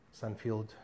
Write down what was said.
Sunfield